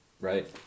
Right